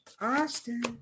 Austin